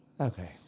okay